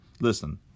Listen